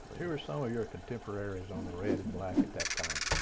who were some of your contemporaries on the red and black at that time?